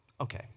okay